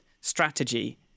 strategy